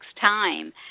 time